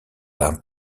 d’un